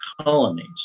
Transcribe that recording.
colonies